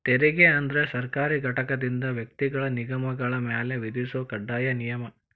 ತೆರಿಗೆ ಅಂದ್ರ ಸರ್ಕಾರಿ ಘಟಕದಿಂದ ವ್ಯಕ್ತಿಗಳ ನಿಗಮಗಳ ಮ್ಯಾಲೆ ವಿಧಿಸೊ ಕಡ್ಡಾಯ ನಿಯಮ